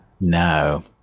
No